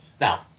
Now